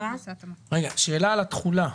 שאלה על התחולה.